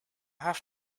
have